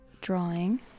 drawing